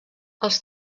els